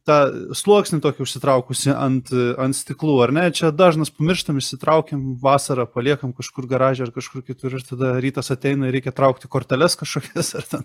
tą sluoksnį tokį užsitraukusį ant ant stiklų ar ne čia dažnas pamirštam išsitraukiam vasarą paliekam kažkur garaže ar kažkur kitur ir tada rytas ateina ir reikia traukti korteles kažkokias ar ten